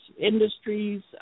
industries